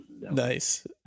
Nice